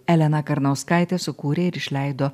elena karnauskaitė sukūrė ir išleido